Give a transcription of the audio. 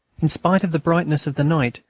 in spite of the brightness of the night,